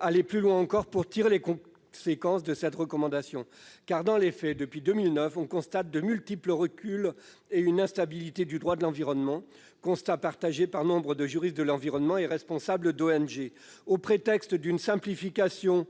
aller plus loin encore pour tirer les conséquences de cette recommandation. Dans les faits, depuis 2009, on constate de multiples reculs et une instabilité du droit de l'environnement, constat partagé par nombre de juristes de l'environnement et responsables d'ONG. Au prétexte d'une simplification,